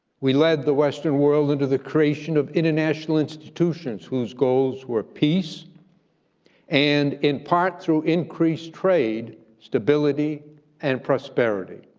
we led the western world into the creation of international institutions whose goals were peace and, in part through increased trade, stability and prosperity,